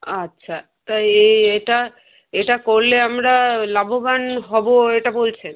আচ্ছা তা এই এটা এটা করলে আমরা লাভবান হবো এটা বলছেন